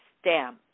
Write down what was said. stamp